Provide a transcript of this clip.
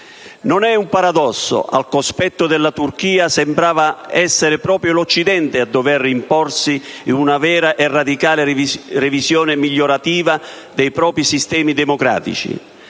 Non è un paradosso. Al cospetto della Turchia, sembrava essere proprio l'Occidente a dover imporsi una vera e radicale revisione migliorativa dei propri sistemi democratici;